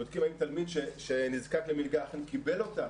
אנחנו בודקים אם תלמיד שנזקק למלגה אכן קיבל אותה